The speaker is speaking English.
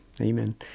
Amen